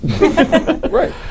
Right